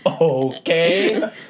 okay